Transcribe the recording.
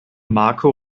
marco